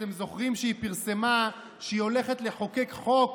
אתם זוכרים שהיא פרסמה שהיא הולכת לחוקק חוק